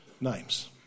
names